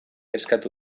eskatu